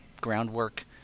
groundwork